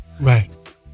right